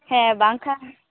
ᱦᱮᱸ ᱵᱟᱝᱠᱷᱟᱱ